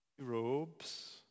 robes